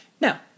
Now